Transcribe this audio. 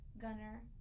gunner